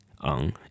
on